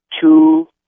two